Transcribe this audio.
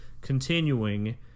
continuing